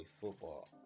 football